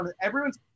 everyone's